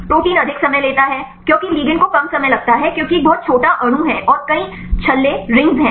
protein अधिक समय लेता है क्योंकि लिगैंड को कम समय लगता है क्योंकि यह एक बहुत छोटा अणु है और कई छल्ले हैं